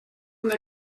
una